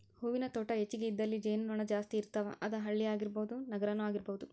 ಹೂವಿನ ತೋಟಾ ಹೆಚಗಿ ಇದ್ದಲ್ಲಿ ಜೇನು ನೊಣಾ ಜಾಸ್ತಿ ಇರ್ತಾವ, ಅದ ಹಳ್ಳಿ ಆಗಿರಬಹುದ ನಗರಾನು ಆಗಿರಬಹುದು